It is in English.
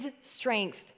strength